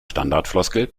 standardfloskel